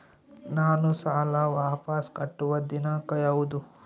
ನಾನು ಸಾಲ ವಾಪಸ್ ಕಟ್ಟುವ ದಿನಾಂಕ ಯಾವುದು?